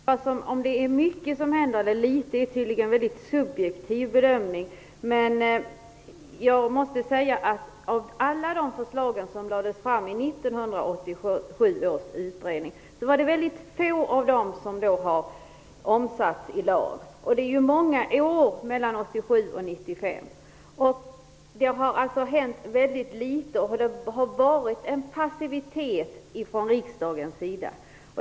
Herr talman! Om det hänt mycket eller litet är tydligen en subjektiv bedömning. Men av alla de förslag som lades fram i 1987 års utredning är det väldigt få som omsatts i lag. Det är många år mellan 1987 och 1995. Det har alltså hänt väldigt litet. Det har varit en passivitet från riksdagens sida.